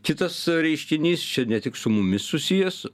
kitas reiškinys čia ne tik su mumis susijęs